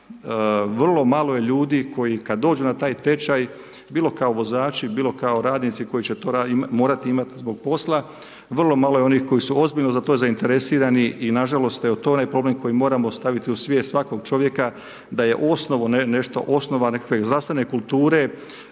vrlo malo je ljudi koji kad dođu na taj tečaj, bilo kao vozači, bilo kao radnici to morat imat zbog posla, vrlo malo je onih koji su ozbiljno za to zainteresirani i na žalost, evo to je problem koji moramo staviti u svijest svakog čovjeka da je osnova nešto, osnova nekakve zdravstvene kulture